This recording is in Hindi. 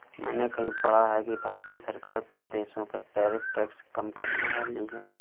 मैंने कहीं पढ़ा है कि भारतीय सरकार कुछ देशों पर टैरिफ टैक्स कम करनेवाली है